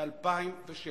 ב-2007.